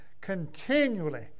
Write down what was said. continually